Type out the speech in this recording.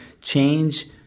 change